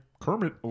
Kermit